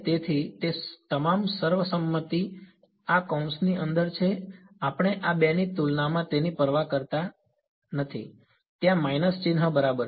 તેથી તે તમામ સર્વસંમતિ આ કૌંસની અંદર છે આપણે આ બેની તુલનામાં તેની પરવા કરતા નથી ત્યાં માઇનસ ચિહ્ન બરાબર છે